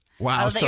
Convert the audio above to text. Wow